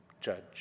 Judge